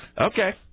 Okay